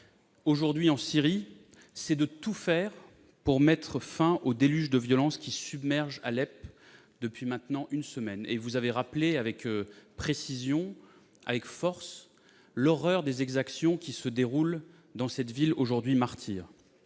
aujourd'hui en Syrie, est de tout faire pour mettre fin au déluge de violence qui submerge Alep depuis maintenant une semaine. Vous avez rappelé, avec précision et force, l'horreur des exactions qui se déroulent dans cette ville aujourd'hui martyre.